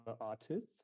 artists